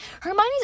Hermione's